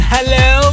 Hello